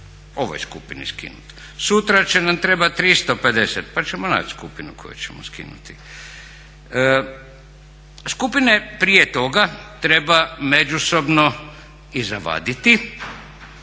ovoj skupini skinut. Sutra će nam trebat 350 pa ćemo naći skupinu kojoj ćemo skinuti. Skupine prije toga treba međusobno i zavaditi